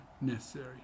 necessary